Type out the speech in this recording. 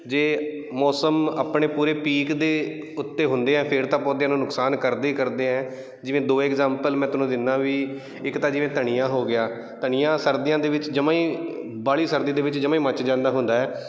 ਜੇ ਮੌਸਮ ਆਪਣੇ ਪੂਰੇ ਪੀਕ ਦੇ ਉੱਤੇ ਹੁੰਦੇ ਆ ਫਿਰ ਤਾਂ ਪੌਦਿਆਂ ਨੂੰ ਨੁਕਸਾਨ ਕਰਦੇ ਹੀ ਕਰਦੇ ਹੈ ਜਿਵੇਂ ਦੋ ਇਗਜਾਮਪਲ ਮੈਂ ਤੁਹਾਨੂੰ ਦਿੰਨਾ ਵੀ ਇੱਕ ਤਾਂ ਜਿਵੇਂ ਧਨੀਆ ਹੋ ਗਿਆ ਧਨੀਆ ਸਰਦੀਆਂ ਦੇ ਵਿੱਚ ਜਮਾਂ ਹੀ ਬਾਲੀ ਸਰਦੀ ਦੇ ਵਿੱਚ ਜਮਾਂ ਮੱਚ ਜਾਂਦਾ ਹੁੰਦਾ